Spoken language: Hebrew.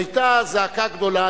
היתה זעקה גדולה.